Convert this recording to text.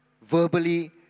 verbally